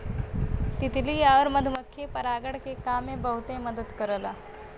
तितली आउर मधुमक्खी परागण के काम में बहुते मदद करला